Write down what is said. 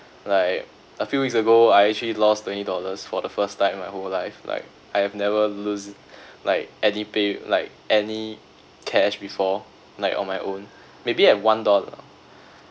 like a few weeks ago I actually lost twenty dollars for the first time in my whole life like I have never lose like any pay like any cash before like on my own maybe at one dollar